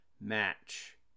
match